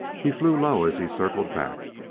he flew low as he circled back.